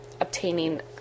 obtaining